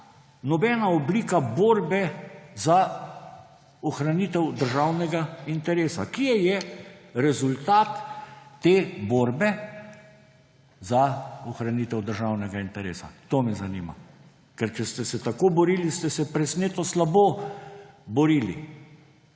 nobena oblika borbe za ohranitev državnega interesa. Kje je rezultat borbe za ohranitev državnega interesa? To me zanima. Ker če ste se tako borili, ste se presneto slabo borili.